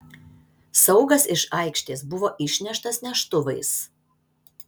saugas iš aikštės buvo išneštas neštuvais